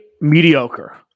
mediocre